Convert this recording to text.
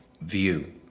view